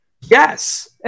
Yes